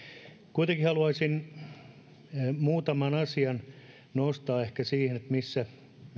kuitenkin haluaisin muutaman asian nostaa ehkä siihen missä